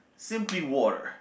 simply water